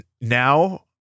now